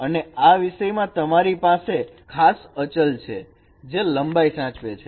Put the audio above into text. અને આ વિષયમાં તમારી પાસે ખાસ અચલ છે જે લંબાઈ સાચવે છે